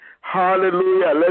Hallelujah